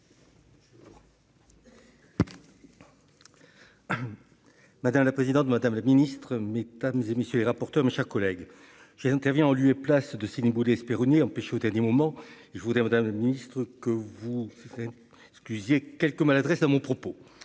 Madame la présidente, madame la Ministre, méthane et messieurs les rapporteurs, mes chers collègues, j'ai intervient en lieu et place de ciné Boulay-Espéronnier empêchée au dernier moment, je voudrais, Madame la Ministre, que vous fait ce qu'il y ait quelques maladresses à mon propos,